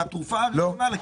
לתרופה הראשונה.